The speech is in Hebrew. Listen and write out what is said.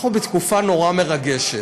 אנחנו בתקופה נורא מרגשת,